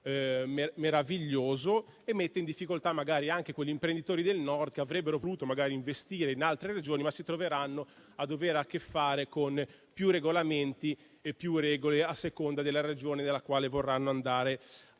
riforma mette in difficoltà anche gli imprenditori del Nord, che avrebbero voluto magari investire in altre Regioni, ma che si troveranno ad avere a che fare con più regolamenti e più regole a seconda della Regione nella quale vorranno andare ad